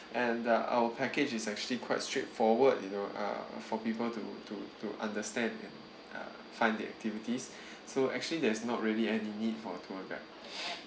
and uh our package is actually quite straightforward you know uh for people to to to understand ya uh find the activities so actually there's not really any need for a tour guide